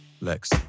Lex